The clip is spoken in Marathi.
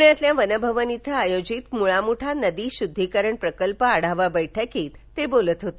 प्रण्यातल्या वनभवन इथं आयोजित मुळा मुठा नदी शुद्धिकरण प्रकल्प आढावा बैठकीत ते बोलत होते